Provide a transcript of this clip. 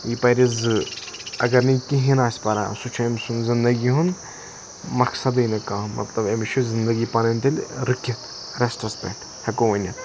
یہِ پَرِ زِ اَگر نہٕ یہِ کِہیٖنۍ آسہِ پَران چھُ امہِ سُنٛد زِندگی ہُنٛد مَقصَدٕے نہٕ کانٛہہ مَطلَب أمس چھُ زِندگی پَنٕنۍ تیٚلہِ رُکِتھ ریٚسٹَس پیٹھ ہیٚکو ؤنِتھ